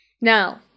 Now